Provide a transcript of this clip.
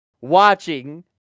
watching